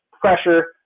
pressure